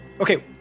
Okay